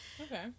Okay